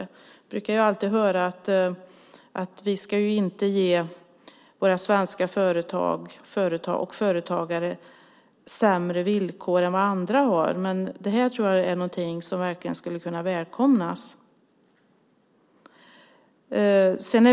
Vi brukar ju alltid höra att vi inte ska ge våra svenska företag och företagare sämre villkor än vad andra har, men det här tror jag är någonting som verkligen skulle kunna välkomnas.